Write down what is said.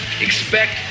Expect